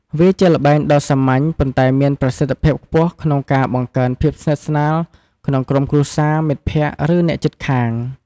វាជាល្បែងដ៏សាមញ្ញ ប៉ុន្តែមានប្រសិទ្ធភាពខ្ពស់ក្នុងការ បង្កើនភាពស្និទ្ធស្នាល ក្នុងក្រុមគ្រួសារ មិត្តភក្តិ ឬអ្នកជិតខាង។